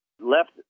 left